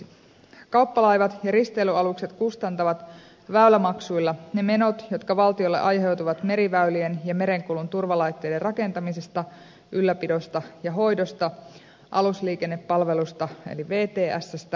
kauppalaivat ja risteily alukset kustantavat väylämaksuilla ne menot jotka valtiolle aiheutuvat meriväylien ja merenkulun turvalaitteiden rakentamisesta ylläpidosta ja hoidosta alusliikennepalvelusta eli vtsstä sekä jäänmurrosta